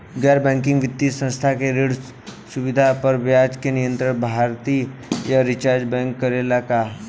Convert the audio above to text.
गैर बैंकिंग वित्तीय संस्था से ऋण सुविधा पर ब्याज के नियंत्रण भारती य रिजर्व बैंक करे ला का?